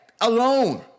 alone